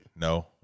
no